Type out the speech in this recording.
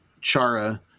Chara